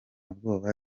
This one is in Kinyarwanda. bwoba